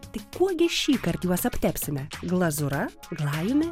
tik kuo gi šįkart juos aptepsime glazūra glajumi